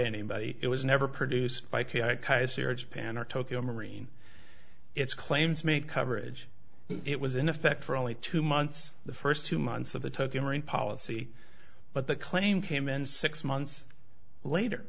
anybody it was never produced by kaiser japan or tokyo marine its claims made coverage it was in effect for only two months the first two months of the token ring policy but the claim came in six months later